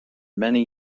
many